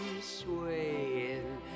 swaying